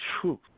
truth